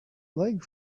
leg